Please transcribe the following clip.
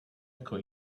jako